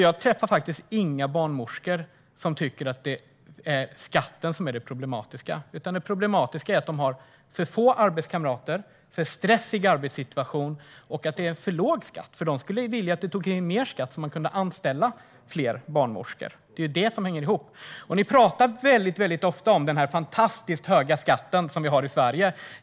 Jag träffar faktiskt inga barnmorskor som tycker att det är skatten som är det problematiska, utan det problematiska är att de har för få arbetskamrater, för stressig arbetssituation och att skatten är för låg. De skulle vilja att man tog in mer skatt så att fler barnmorskor kunde anställas. Det hänger ju ihop. Ni pratar väldigt ofta om den fantastiskt höga skatten som vi har i Sverige.